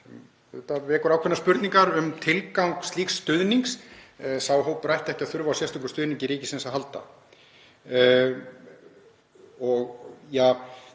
auðvitað vekur ákveðnar spurningar um tilgang slíks stuðnings. Sá hópur ætti ekki að þurfa á sérstökum stuðningi ríkisins að halda. Og,